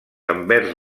envers